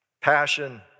passion